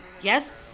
Yes